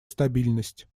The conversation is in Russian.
стабильность